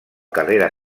carrera